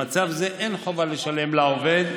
במצב זה אין חובה לשלם לעובד,